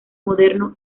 moderno